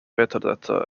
metadata